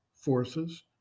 forces